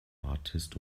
artist